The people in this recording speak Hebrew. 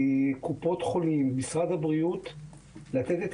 קופות חולים ומשרד הבריאות כדי לתת את